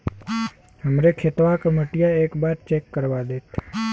हमरे खेतवा क मटीया एक बार चेक करवा देत?